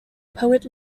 poet